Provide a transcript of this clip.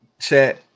Chat